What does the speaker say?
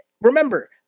remember